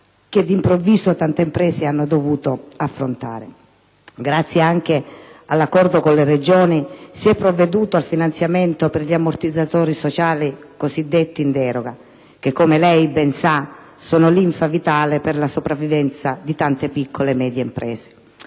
che, d'improvviso, tante imprese hanno dovuto affrontare. Grazie anche all'accordo con le Regioni, si è provveduto al finanziamento per gli ammortizzatori sociali cosiddetti in deroga che - come lei ben sa - sono linfa vitale per la sopravvivenza di tante piccole e medie imprese.